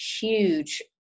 huge